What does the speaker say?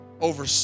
over